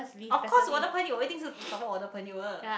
of course 我的朋友我一定是 support 我的朋友的